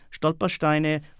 Stolpersteine